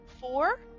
four